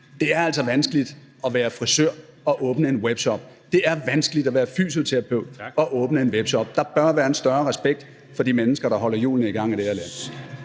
Det er altså vanskeligt at være frisør og åbne en webshop; det er vanskeligt at være fysioterapeut og åbne en webshop. Der bør være en større respekt for de mennesker, der holder hjulene i gang i det her land.